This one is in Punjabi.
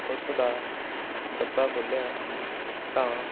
ਉਸ ਦਾ ਡੱਬਾ ਖੋਲ੍ਹਿਆ ਤਾਂ